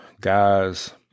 guys